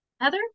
Heather